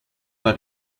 war